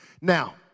Now